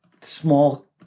small